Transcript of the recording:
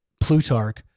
Plutarch